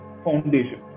foundation